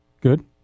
Good